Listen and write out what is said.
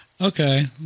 Okay